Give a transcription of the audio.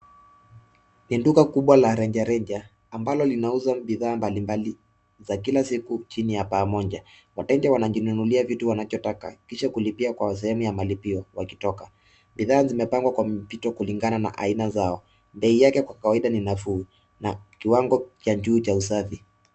Ni duka kubwa la rejareja ambalo linauza bidhaa mbalimbali za kila siku chini ya paa moja. Wateja wanajinunulia vitu wanachotaka kisha kulipia kwa sehemu ya malipio wakitoka. Bidhaa zimepangwa kwa mpangilio kulingana na aina zao. Bei yake kwa kawaida ni nafuu na kiwango kikubwa cha usafi.